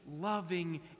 loving